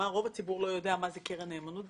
רוב הציבור לא יודע מה זה קרן נאמנות,